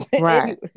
Right